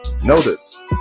Notice